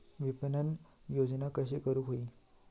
विपणन योजना कशी करुक होई?